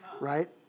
Right